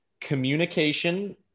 Communication